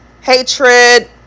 Hatred